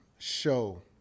show